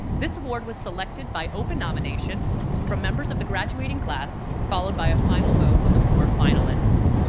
this award was selected by open nomination from members of the graduating class followed by a final vote on the four finalists.